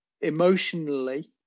emotionally